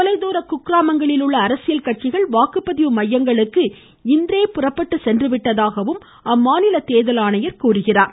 தொலைதூர குக்கிராமங்களில் உள்ள அரசியல் கட்சிகள் வாக்குப்பதிவு மையங்களுக்கு இன்றே புறப்பட்டு சென்றுவிட்டதாகவும் தேர்தல் தெரிவிக்கிறார்